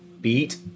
beat